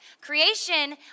Creation